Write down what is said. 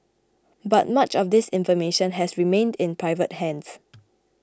but much of this information has remained in private hands